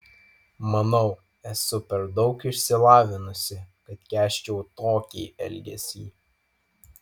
manau esu per daug išsilavinusi kad kęsčiau tokį elgesį